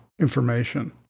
information